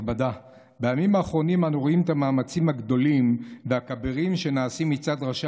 בימים האחרונים אנו רואים את המאמצים הגדולים והכבירים שנעשים מצד ראשי